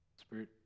Spirit